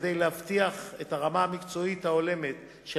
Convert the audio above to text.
כדי להבטיח את הרמה המקצועית ההולמת של